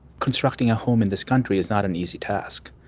constructing a home in this country is not an easy task.